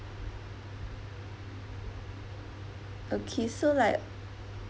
okay so like